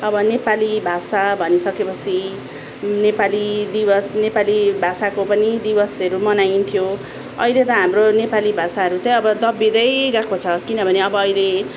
अब नेपाली भाषा भनिसकेपछि नेपाली दिवस नेपाली भाषाको पनि दिवसहरू मनाइन्थ्यो अहिले त हाम्रो नेपाली भाषाहरू चाहिँ अब दबिँदै गएको छ किनभने अब अहिले